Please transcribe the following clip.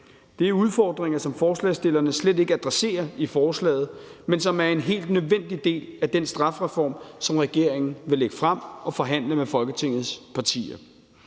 Det er udfordringer, som forslagsstillerne slet ikke adresserer i forslaget, men som er en helt nødvendig del af den strafreform, som regeringen vil lægge frem og forhandle med Folketingets partier.